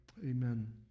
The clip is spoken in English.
amen